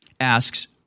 asks –